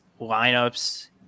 lineups